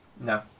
No